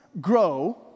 grow